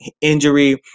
injury –